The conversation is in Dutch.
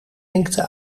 engte